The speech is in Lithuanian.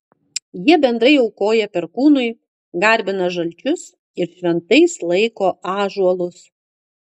jie bendrai aukoja perkūnui garbina žalčius ir šventais laiko ąžuolus